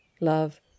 love